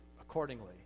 accordingly